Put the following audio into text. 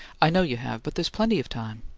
i know you have, but there's plenty of time.